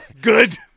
Good